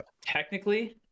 technically